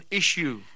issue